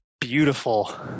beautiful